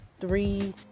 three